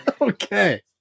Okay